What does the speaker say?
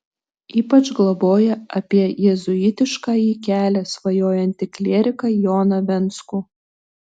ypač globoja apie jėzuitiškąjį kelią svajojantį klieriką joną venckų